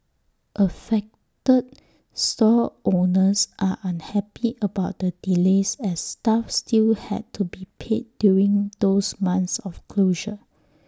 affected stall owners are unhappy about the delays as staff still had to be paid during those months of closure